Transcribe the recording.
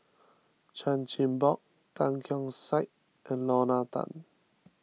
Chan Chin Bock Tan Keong Saik and Lorna Tan